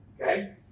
Okay